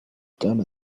done